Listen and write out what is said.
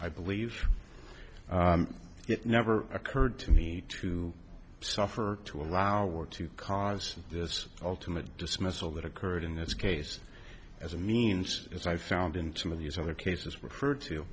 i believe it never occurred to me to suffer to allow war to cause this ultimate dismissal that occurred in this case as a means as i found in some of these other cases refer